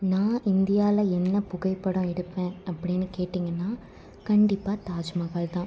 நான் இந்தியாவில என்ன புகைப்படம் எடுப்பேன் அப்படின்னு கேட்டிங்கன்னா கண்டிப்பாக தாஜ்மஹால் தான்